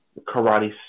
karate